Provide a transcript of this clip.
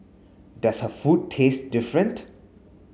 does her food taste different